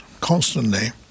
constantly